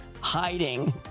hiding